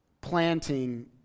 planting